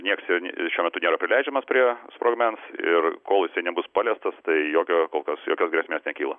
nieks jo ne šiuo metu nėra prileidžiamas prie sprogmens ir kol jisai nebus paliestas tai jokio kol kas jokios grėsmės nekyla